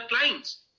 clients